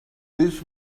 his